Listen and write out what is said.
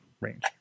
range